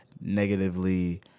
negatively